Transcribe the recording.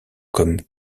comme